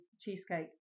cheesecake